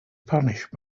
punish